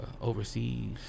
overseas